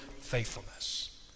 faithfulness